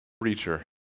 preacher